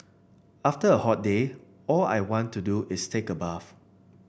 after a hot day all I want to do is take a bath